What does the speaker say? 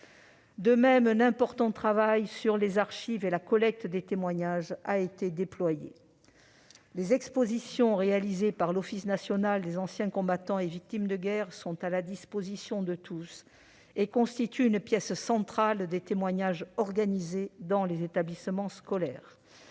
De même, un important travail d'archives et de collecte des témoignages a été déployé. Les expositions réalisées par l'Office national des anciens combattants et victimes de guerre sont à la disposition de tous. Elles sont au coeur des actions menées dans les établissements scolaires.